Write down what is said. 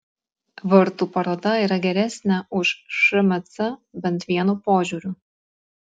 vartų paroda yra geresnė už šmc bent vienu požiūriu